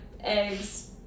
eggs